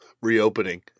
reopening